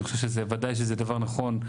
שאני חושב שוודאי שזה דבר נכון.